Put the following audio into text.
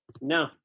no